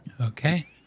Okay